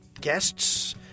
guests